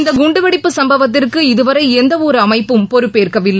இந்த குண்டுவெடிப்புச் சம்பவத்திற்கு இதுவரை அமைப்பம் பொறுப்பேற்கவில்லை